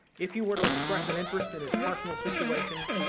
if you were to express an interest in his personal situation,